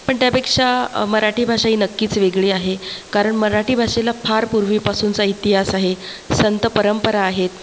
पण त्यापेक्षा मराठी भाषा ही नक्कीच वेगळी आहे कारण मराठी भाषेला फार पूर्वीपासूनचा इतिहास आहे संतपरंपरा आहेत